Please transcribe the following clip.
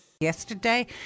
Yesterday